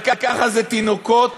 אבל ככה, אלה תינוקות